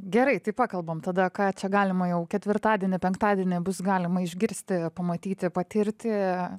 gerai tai pakalbam tada ką čia galima jau ketvirtadienį penktadienį bus galima išgirsti pamatyti patirti